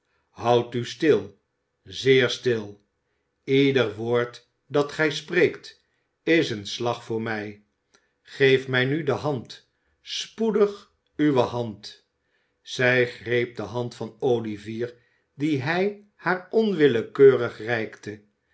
houd u stil zeer stil ieder woord dat gij spreekt is een slag voor mij geef mij nu de hand spoedig uwe hand zij greep de hand van olivier die hij haar onwillekeurig reikte